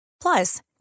Plus